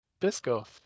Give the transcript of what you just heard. Biscoff